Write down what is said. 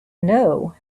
know